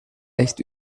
echt